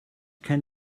can